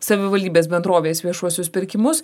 savivaldybės bendrovės viešuosius pirkimus